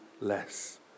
less